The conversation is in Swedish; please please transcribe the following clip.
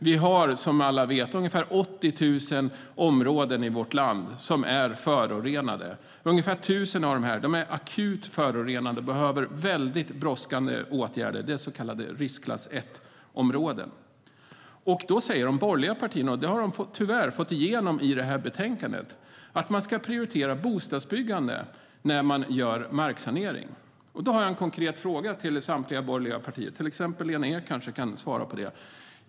Vi har, som alla vet, ungefär 80 000 områden i vårt land som är förorenade. Ungefär 1 000 av dem är så förorenade att det är akut. De behöver väldigt brådskande åtgärder. De är så kallade riskklass 1-områden. Då säger de borgerliga partierna - och det har de tyvärr fått igenom i betänkandet - att man ska prioritera bostadsbyggande när man gör marksanering. Då har jag en konkret fråga till samtliga borgerliga partier. Till exempel Lena Ek kanske kan svara på detta.